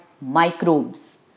Microbes